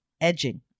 Edging